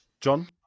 John